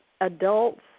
adults